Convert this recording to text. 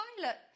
pilot